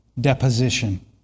deposition